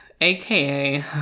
aka